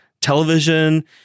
television